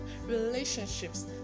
relationships